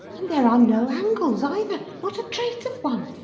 and there are no angles either, not a trace of one.